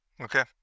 Okay